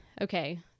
Okay